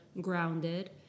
grounded